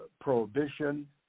Prohibition